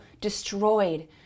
destroyed